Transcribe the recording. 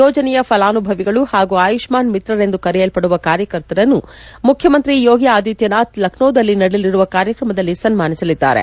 ಯೋಜನೆಯ ಫಲಾನುಭವಿಗಳು ಪಾಗೂ ಆಯುಷ್ನಾನ್ ಮಿತ್ರರೆಂದು ಕರೆಯಲ್ಪಡುವ ಕಾರ್ಗಕರ್ತರನ್ನು ಮುಖ್ಚಮಂತ್ರಿ ಯೋಗಿ ಆದಿತ್ಯನಾಥ್ ಲಕ್ನೋದಲ್ಲಿ ನಡೆಯಲಿರುವ ಕಾರ್ಕ್ರಮದಲ್ಲಿ ಸನ್ನಾನಿಸಲಿದ್ದಾರೆ